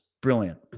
Brilliant